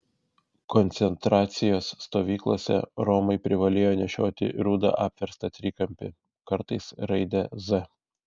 koncentracijos stovyklose romai privalėjo nešioti rudą apverstą trikampį kartais raidę z